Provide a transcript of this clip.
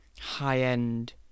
high-end